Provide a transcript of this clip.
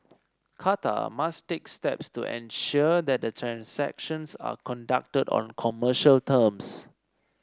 Qatar must take steps to ensure that the transactions are conducted on commercial terms